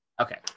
Okay